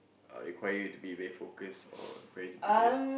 uh require you to be very focused or require you to be quiet